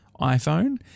iPhone